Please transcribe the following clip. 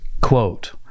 quote